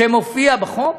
סכום שמופיע בחוק,